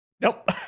nope